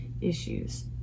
issues